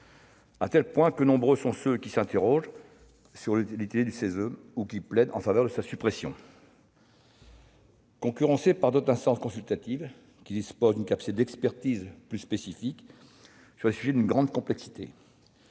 à tel point que nombreux sont ceux qui s'interrogent sur l'utilité du CESE ou qui plaident en faveur de sa suppression. Concurrencé par d'autres instances consultatives, qui disposent d'une capacité d'expertise plus spécifique sur des sujets d'une grande complexité,